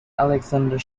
alexander